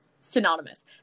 synonymous